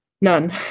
None